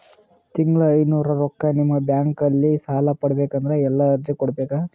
ತಿಂಗಳ ಐನೂರು ರೊಕ್ಕ ನಿಮ್ಮ ಬ್ಯಾಂಕ್ ಅಲ್ಲಿ ಸಾಲ ಪಡಿಬೇಕಂದರ ಎಲ್ಲ ಅರ್ಜಿ ಕೊಡಬೇಕು?